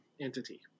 entity